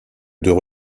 deux